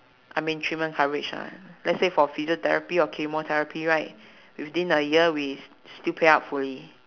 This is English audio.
I mean three months coverage lah let's say for physiotherapy or chemotherapy right within a year we st~ still pay out fully